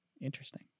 interesting